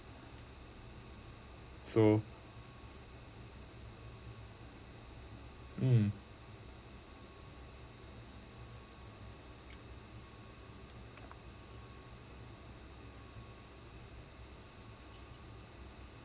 so mm